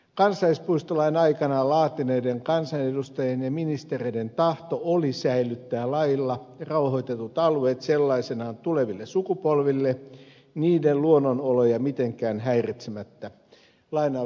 kansallispuistolain aikanaan laatineiden kansanedustajien ja ministereiden tahto oli säilyttää lailla rauhoitetut alueet sellaisenaan tuleville sukupolville niiden luonnonoloja mitenkään häiritsemättä